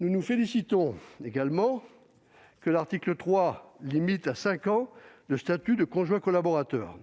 Nous nous félicitons également que l'article 3 tende à limiter à cinq ans le statut de conjoint collaborateur-